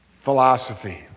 philosophy